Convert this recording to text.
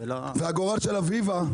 והגורל של אביבה,